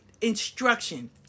instruction